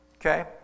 Okay